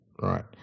Right